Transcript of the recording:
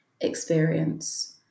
experience